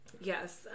Yes